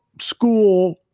school